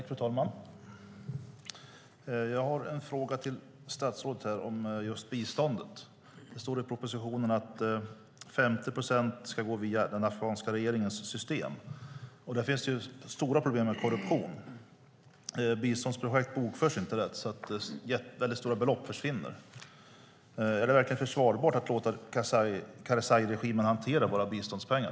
Fru talman! Jag har en fråga till statsrådet om just biståndet. Det står i propositionen att 50 procent ska gå via den afghanska regeringens system. Där finns ju stora problem med korruption. Biståndsprojekt bokförs inte rätt, så väldigt stora belopp försvinner. Är det verkligen försvarbart att låta Karzairegimen hantera våra biståndspengar?